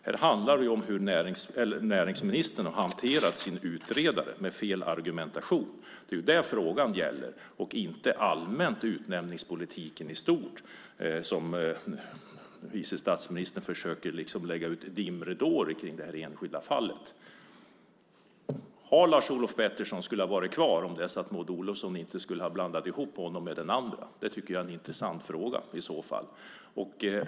Det handlar om hur näringsministern har hanterat sin utredare med fel argumentation. Det är det frågan gäller, inte utnämningspolitiken i stort som vice statsministern försöker lägga ut som dimridå kring det här enskilda fallet. Hade Lars-Olof Pettersson varit kvar om inte Maud Olofsson hade blandat ihop honom med den andre? Det tycker jag är en intressant fråga.